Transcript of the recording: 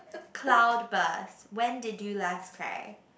cloudburst when did you last cry